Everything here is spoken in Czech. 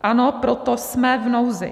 Ano, proto jsme v nouzi.